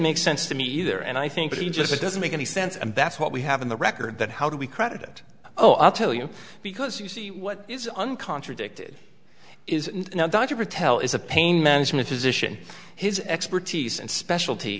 make sense to me either and i think he just doesn't make any sense and that's what we have in the record that how do we credit it oh i'll tell you because you see what is uncontradicted is now dr patel is a pain management position his expertise and specialty